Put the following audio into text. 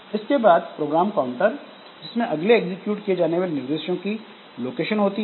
उसके बाद program counter जिसमें अगले एग्जीक्यूट किए जाने वाले निर्देशों की लोकेशन होती है